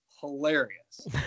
hilarious